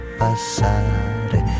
passare